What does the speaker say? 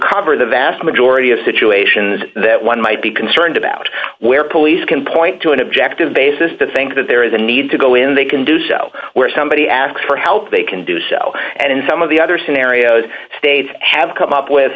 cover the vast majority of situations that one might be concerned about where police can point to an objective basis to think that there is a need to go in they can do so where somebody asks for help they can do so and in some of the other scenarios states have come up with